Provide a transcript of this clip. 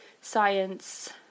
science